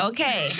Okay